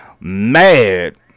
mad